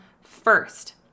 first